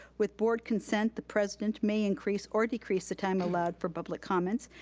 with board consent, the president may increase or decrease the time allowed for public comments,